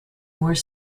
more